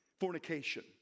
fornication